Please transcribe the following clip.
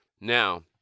Now